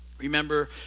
remember